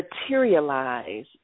materialize